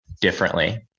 differently